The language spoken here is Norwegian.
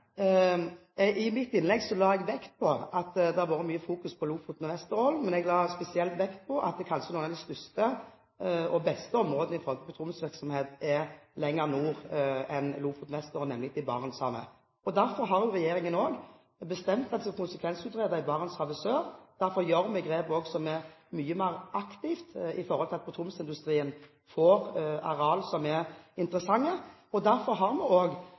I mitt innlegg la jeg vekt på at det har vært mye fokus på Lofoten og Vesterålen, men jeg la spesielt vekt på at kanskje noen av de største og beste områdene for petroleumsvirksomhet er lenger nord enn Lofoten og Vesterålen, nemlig i Barentshavet. Derfor har regjeringen også bestemt at det skal konsekvensutredes i Barentshavet Sør, og derfor gjør vi grep mye mer aktivt for at petroleumsindustrien får arealer som er interessante. Derfor har vi også, som representanten Solvik-Olsen sier, satt Lofoten og